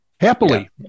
Happily